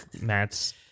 Matt's